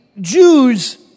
Jews